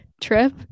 trip